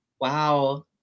wow